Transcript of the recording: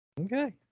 Okay